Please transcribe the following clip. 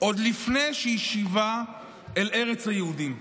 עוד לפני שהיא שיבה אל ארץ היהודים.